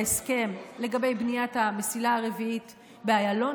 להסכם לגבי בניית המסילה הרביעית באיילון,